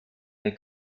der